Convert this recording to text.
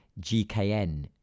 GKN